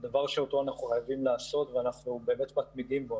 דבר שאותו אנחנו חייבים לעשות ואנחנו באמת מקפידים בו,